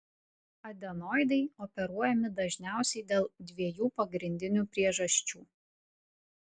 adenoidai operuojami dažniausiai dėl dviejų pagrindinių priežasčių